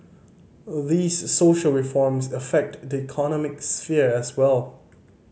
these social reforms affect the economic sphere as well